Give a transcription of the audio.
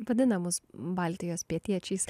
vadinamus baltijos pietiečiais